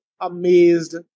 amazed